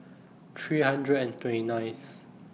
three hundred and twenty nineth